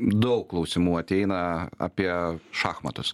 daug klausimų ateina apie šachmatus